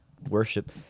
Worship